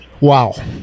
Wow